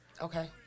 Okay